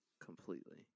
completely